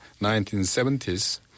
1970s